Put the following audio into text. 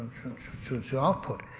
to to output.